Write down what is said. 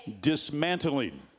dismantling